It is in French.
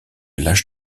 l’âge